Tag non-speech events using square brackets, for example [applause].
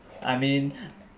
I mean [breath]